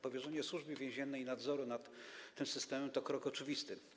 Powierzenie Służbie Więziennej nadzoru nad tym systemem to krok oczywisty.